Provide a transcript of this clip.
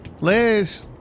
Liz